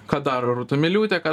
ką daro rūta miliūtė ką